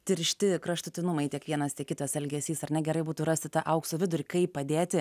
tiršti kraštutinumai tiek vienas tiek kitas elgesys ar ne gerai būtų rasti tą aukso vidurį kaip padėti